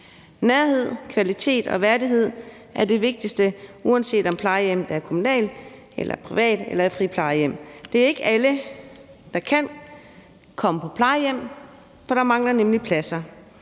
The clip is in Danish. Nærhed, kvalitet og værdighed er det vigtigste, uanset om plejehjemmet er kommunalt, privat eller et friplejehjem. Det er ikke alle, der kan komme på plejehjem, for der mangler nemlig pladser.